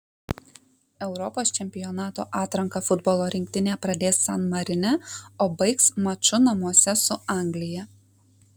europos čempionato atranką futbolo rinktinė pradės san marine o baigs maču namuose su anglija